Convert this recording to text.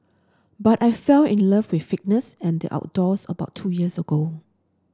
but I fell in love with fitness and the outdoors about two years ago